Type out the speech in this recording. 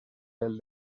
del